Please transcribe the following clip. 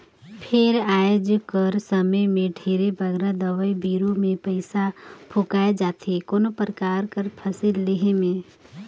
फेर आएज कर समे में ढेरे बगरा दवई बीरो में पइसा फूंकाए जाथे कोनो परकार कर फसिल लेहे में